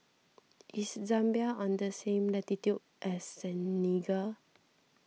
is Zambia on the same latitude as Senegal